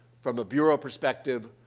from a bureau perspective,